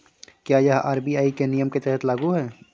क्या यह आर.बी.आई के नियम के तहत लागू है?